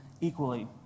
equally